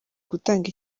gutanga